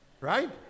right